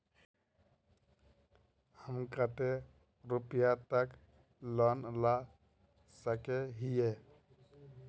हम कते रुपया तक लोन ला सके हिये?